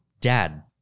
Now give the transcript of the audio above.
dad